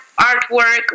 artwork